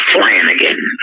Flanagan